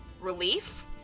relief